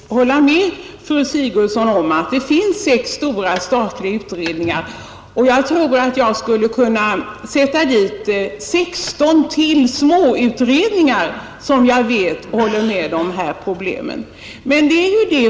Herr talman! Jag vet, fru Sigurdsen, att det finns sex stora statliga utredningar, och jag tror att jag skulle kunna lägga till 16 andra utredningar, där man i ”kanten” kommer in på ensamståendes problem.